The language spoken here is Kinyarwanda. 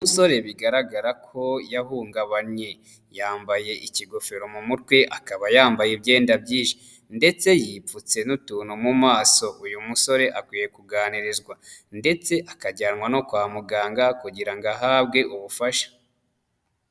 Umusore bigaragara ko yahungabanye yambaye ikigofero mu mutwe akaba yambaye imyenda byinshi ndetse yipfutse n'utuntu mu maso, uyu musore akwiye kuganirizwa ndetse akajyanwa no kwa muganga kugira ngo ahabwe ubufasha.